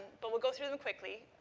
but we'll go through them quickly.